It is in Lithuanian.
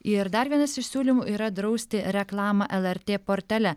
ir dar vienas iš siūlymų yra drausti reklamą lrt portale